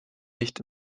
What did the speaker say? nicht